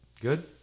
Good